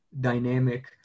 dynamic